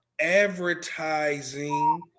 advertising